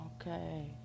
Okay